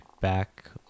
back